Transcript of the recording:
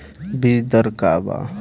बीज दर का वा?